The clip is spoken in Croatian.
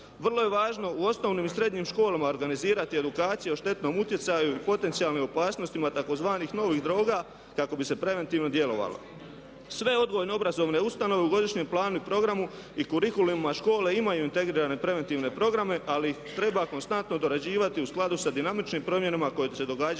Vrlo je važno u osnovnim i srednjim školama organizirati edukaciju o štetnom utjecaju i potencijalnim opasnostima tzv. novih droga kako bi se preventivno djelovalo. Sve odgojno-obrazovne ustanove u godišnjem planu i programu i kurikulumima škole imaju integrirane preventivne programe ali ih treba konstantno dorađivati u skladu sa dinamičnim promjenama koje se događaju